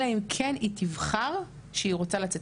אלא אם כן היא תבחר שהיא רוצה לצאת,